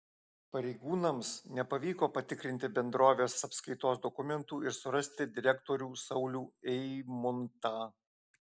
pareigūnams nepavyko patikrinti bendrovės apskaitos dokumentų ir surasti direktorių saulių eimuntą